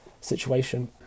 situation